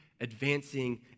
advancing